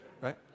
right